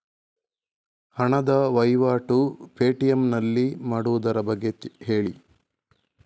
ಹಣದ ವಹಿವಾಟು ಪೇ.ಟಿ.ಎಂ ನಲ್ಲಿ ಮಾಡುವುದರ ಬಗ್ಗೆ ಹೇಳಿ